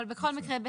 אבל בכל מקרה הוא